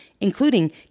including